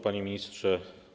Panie Ministrze!